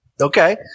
okay